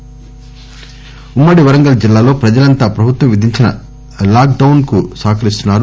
వరంగల్ ఉమ్మడి వరంగల్ జిల్లాలో ప్రజలంతా ప్రభుత్వం విధించిన లక్ డౌస్ కు సహాకరిస్తున్నారు